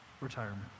retirement